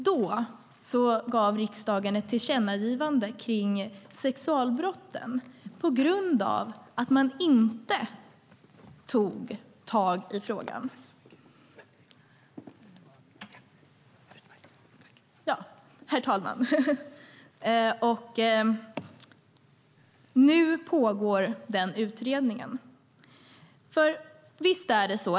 Då gjorde riksdagen ett tillkännagivande kring sexualbrotten på grund av att regeringen inte tog tag i frågan. Nu pågår den utredningen.